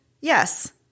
Yes